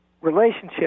relationship